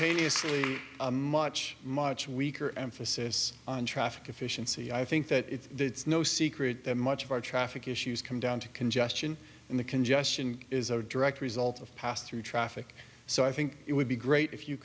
simultaneously a much much weaker emphasis on traffic efficiency i think that it's no secret that much of our traffic issues come down to congestion and the congestion is a direct result of pass through traffic so i think it would be great if you